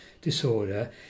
disorder